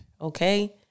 okay